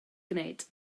gwneud